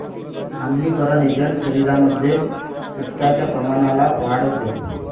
आम्लीकरण एजंट शरीरामध्ये पित्ताच्या प्रमाणाला वाढवते